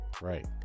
Right